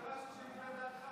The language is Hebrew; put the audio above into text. מה קרה ששינית את דעתך?